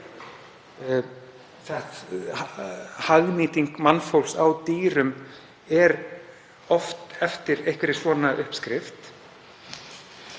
líka. Hagnýting mannfólks á dýrum er oft eftir einhverri svona uppskrift